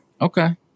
okay